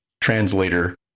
translator